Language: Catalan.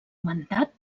mandat